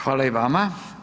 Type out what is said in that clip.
Hvala i vama.